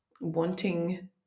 wanting